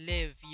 Live